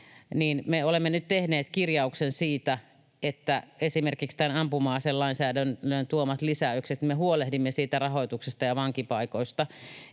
olemme nyt tehneet kirjauksen siitä, että esimerkiksi näiden ampuma-aselainsäädännön tuomien lisäysten osalta me huolehdimme siitä rahoituksesta ja vankipaikoista.